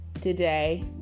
today